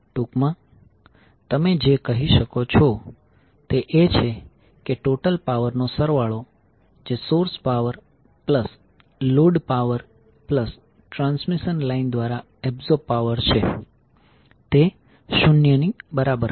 ટૂંકમાં તમે જે કહી શકો છો તે એ છે કે ટોટલ પાવરનો સરવાળો જે source power plus load power plus transmission line દ્વારા એબ્સોર્બ પાવર છે તે 0 ની બરાબર હશે